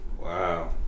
Wow